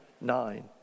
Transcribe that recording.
nine